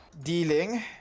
dealing